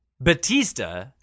Batista